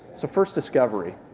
so first discovery.